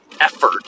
effort